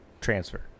transfer